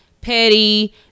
petty